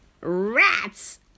Rats